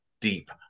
deep